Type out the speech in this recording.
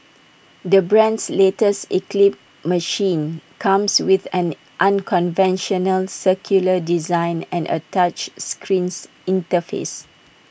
the brand's latest eclipse machine comes with an unconventional circular design and A touch screens interface